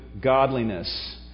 godliness